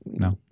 no